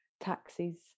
taxis